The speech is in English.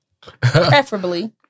preferably